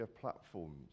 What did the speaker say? platforms